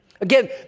Again